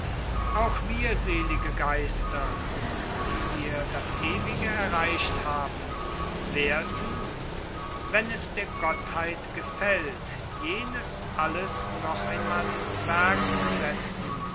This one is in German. auch wir selige geister die wir das ewige erreicht haben werden wenn es der gottheit gefällt jenes alles noch einmal in's werk zu setzen